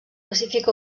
pacífic